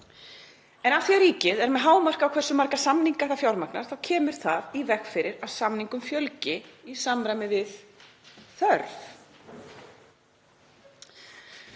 En af því að ríkið er með hámark á hversu marga samninga það fjármagnar þá kemur það í veg fyrir að samningum fjölgi í samræmi við þörf.